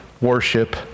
worship